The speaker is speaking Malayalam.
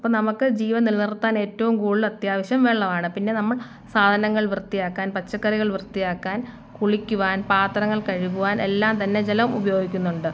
അപ്പം നമുക്ക് ജീവൻ നിലനിർത്താൻ ഏറ്റവും കൂടുതൽ അത്യാവശ്യം വെള്ളമാണ് പിന്നെ നമ്മൾ സാധനങ്ങൾ വൃത്തിയാക്കാൻ പച്ചക്കറികൾ വൃത്തിയാക്കാൻ കുളിക്കുവാൻ പാത്രങ്ങൾ കഴുകുവാൻ എല്ലാം തന്നെ ജലം ഉപയോഗിക്കുന്നുണ്ട്